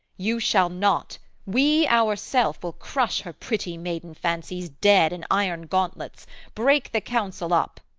you shall not we ourself will crush her pretty maiden fancies dead in iron gauntlets break the council up